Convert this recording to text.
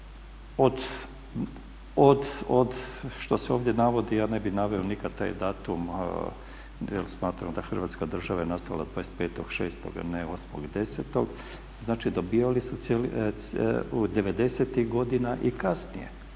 od što se ovdje navodi, ja ne bih naveo nikada taj datum jel smatram da je Hrvatska država nastala 25.6., a ne 8.10., znači dobijali su devedesetih godina i kasnije